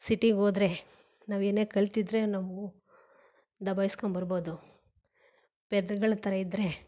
ಸಿಟಿಗೋದರೆ ನಾವೇನೇ ಕಲಿತಿದ್ರೆ ನಾವೂ ದಬಾಯಿಸ್ಕೊಂಡು ಬರ್ಬೋದು ಪೆದ್ದುಗಳ ಥರ ಇದ್ದರೆ